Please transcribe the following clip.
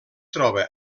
troba